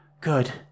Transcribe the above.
Good